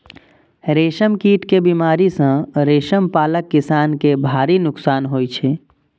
रेशम कीट के बीमारी सं रेशम पालक किसान कें भारी नोकसान होइ छै